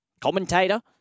commentator